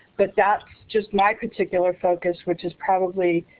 but that's just my particular focus, which is probably